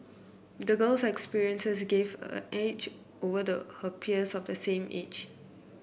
the girl's experiences gave her an edge over her peers of the same age